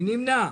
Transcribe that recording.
מי נמנע?